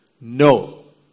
No